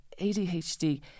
ADHD